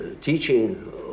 teaching